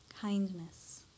kindness